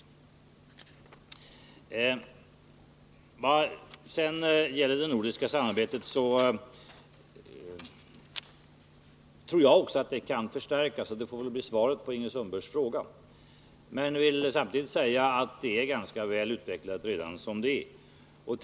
Vad sedan gäller det nordiska samarbetet tror också jag att det kan förstärkas, och det får väl bli svaret på Ingrid Sundbergs fråga. Men jag vill samtidigt säga att samarbetet är ganska väl utvecklat redan som det är.